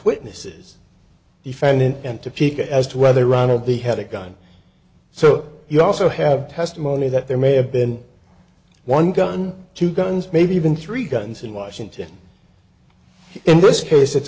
topeka as to whether ron of the had a gun so you also have testimony that there may have been one gun two guns maybe even three guns in washington in this case it's